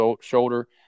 shoulder